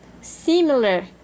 Similar